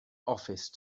office